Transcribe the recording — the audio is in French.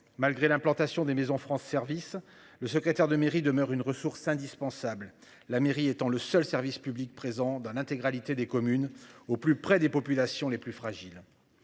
malgré l'implantation des maison France Services, le secrétaire de mairie demeure une ressource indispensable la mairie étant le seul service public présent dans l'intégralité des communes au plus près des populations les plus fragiles.